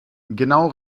genau